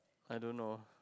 I don't know